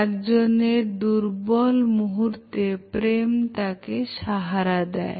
একজনের দুর্বল মুহূর্তে প্রেম তাকে সাহারা হয়